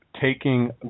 taking